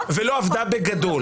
ולא עבדה בגדול.